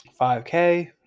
5k